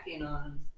on